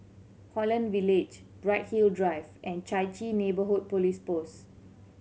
Holland Village Bright Hill Drive and Chai Chee Neighbourhood Police Post